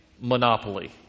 Monopoly